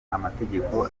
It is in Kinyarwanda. amategeko